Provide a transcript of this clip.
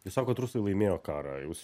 jūs sakot rusai laimėjo karą jūs